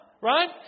Right